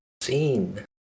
Scene